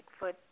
Bigfoot